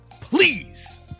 please